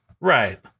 Right